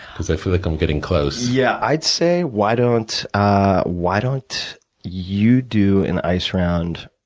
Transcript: because i feel like i'm getting close. yeah, i'd say, why don't ah why don't you do an ice round,